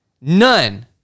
None